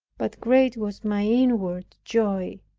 but great was my inward joy.